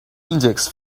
index